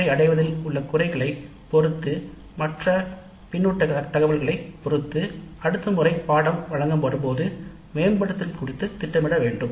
CO அடைவதில் உள்ள குறைகளை பொருத்து மற்றும் பின்னூட்டங்களின் கருத்துகளையும் பொருத்து அடுத்த முறை பாடநெறி வழங்கும்போது மேம்படுத்துதல் குறித்து திட்டமிட வேண்டும்